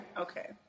Okay